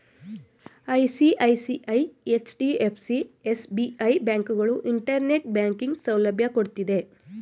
ICICI, HDFC, SBI, ಬ್ಯಾಂಕುಗಳು internet banking ಸೌಲಭ್ಯ ಕೊಡ್ತಿದ್ದೆ